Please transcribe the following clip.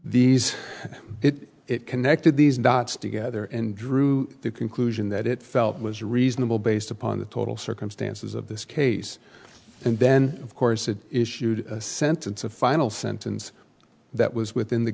these it it connected these dots together and drew the conclusion that it felt was reasonable based upon the total circumstances of this case and then of course it is shewed a sentence of final sentence that was within the